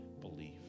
believe